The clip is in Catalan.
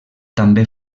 també